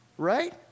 right